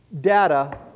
data